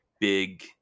big